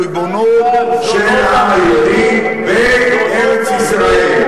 הריבונות של העם היהודי בארץ-ישראל.